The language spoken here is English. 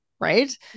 right